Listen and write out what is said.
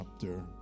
chapter